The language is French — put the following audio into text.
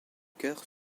chœurs